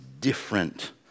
different